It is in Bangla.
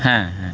হ্যাঁ হ্যাঁ